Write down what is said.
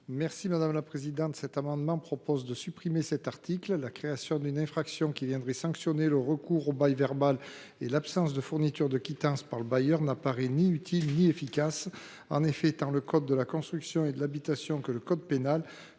est ainsi libellé : La parole est à M. Bernard Buis. La création d’une infraction qui viendrait sanctionner le recours au bail verbal et l’absence de fourniture de quittances par le bailleur n’apparaît ni utile ni efficace. En effet, tant le code de la construction et de l’habitation que le code pénal